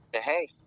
Hey